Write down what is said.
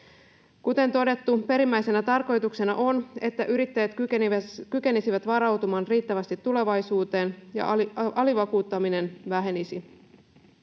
Kuten todettu, perimmäisenä tarkoituksena on, että yrittäjät kykenisivät varautumaan riittävästi tulevaisuuteen ja alivakuuttaminen vähenisi.